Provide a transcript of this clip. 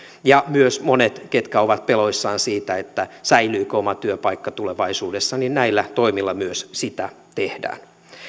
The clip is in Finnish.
ja myös monet ketkä ovat peloissaan siitä säilyykö oma työpaikka tulevaisuudessa näillä toimilla myös sitä tehdään